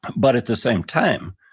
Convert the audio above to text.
but at the same time,